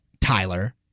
Tyler